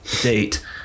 date